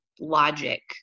logic